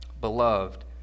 Beloved